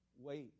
wait